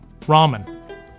ramen